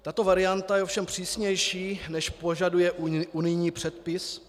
Tato varianta je ovšem přísnější, než požaduje unijní předpis.